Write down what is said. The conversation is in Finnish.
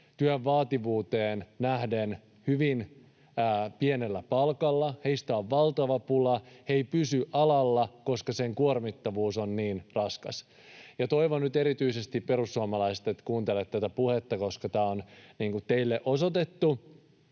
työn vaativuuteen nähden hyvin pienellä palkalla. Heistä on valtava pula, he eivät pysy alalla, koska sen kuormittavuus on niin raskasta. Ja toivon nyt erityisesti, perussuomalaiset, että kuuntelette tätä puhetta, koska tämä on teille osoitettu.